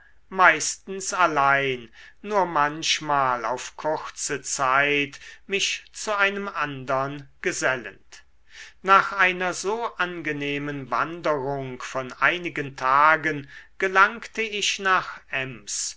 meistens allein nur manchmal auf kurze zeit mich zu einem andern gesellend nach einer so angenehmen wanderung von einigen tagen gelangte ich nach ems